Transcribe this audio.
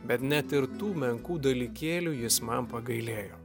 bet net ir tų menkų dalykėlių jis man pagailėjo